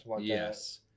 yes